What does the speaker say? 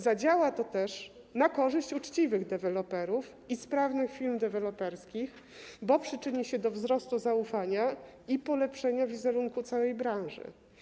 Zadziała to też na korzyść uczciwych deweloperów i sprawnych firm deweloperskich, bo przyczyni się do wzrostu zaufania i polepszenia wizerunku całej branży.